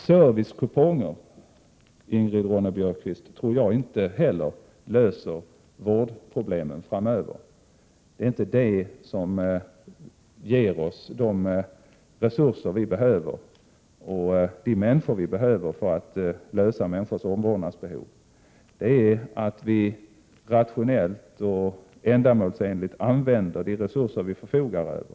Servicekuponger, Ingrid Ronne-Björkqvist, tror jag inte heller löser vårdproblemet framöver. Det är inte detta som ger oss de resurser som vi behöver och de människor som vi behöver för att klara människors omvårdnadsbehov. Det gäller att vi rationellt och ändamålsenligt använder de resurser som vi förfogar över.